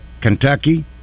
Kentucky